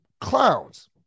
clowns